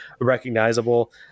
Recognizable